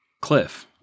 Cliff